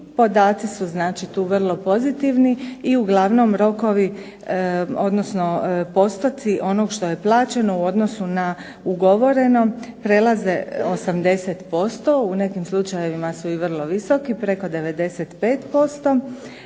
podaci su tu vrlo pozitivni i uglavnom postoci onog što je plaćeno u odnosu na ugovoreno prelaze 80%. U nekim slučajevima i vrlo visoki preko 95%.